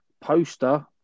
poster